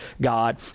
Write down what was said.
God